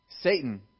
Satan